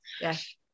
yes